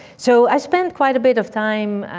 so i spent quite a bit of time